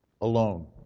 Alone